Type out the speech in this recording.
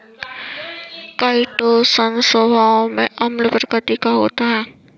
chitosan स्वभाव में अम्ल प्रकृति का होता है